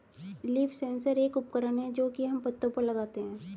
leaf sensor एक उपकरण है जो की हम पत्तो पर लगाते है